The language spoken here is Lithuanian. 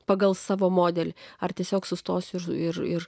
pagal savo modelį ar tiesiog sustosiu ir ir